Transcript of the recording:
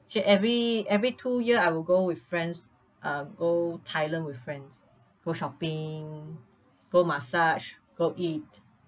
actually every every two year I will go with friends uh go thailand with friends go shopping go massage go eat